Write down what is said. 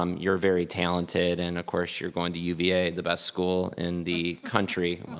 um you're very talented and of course you're going to uva, the best school in the country,